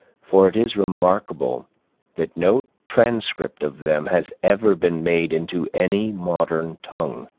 for it is remarkable that no transcript of them has ever been made into any modern tongue,